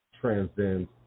transcends